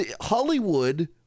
Hollywood